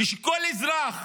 כשכל אזרח